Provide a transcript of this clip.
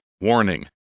WARNING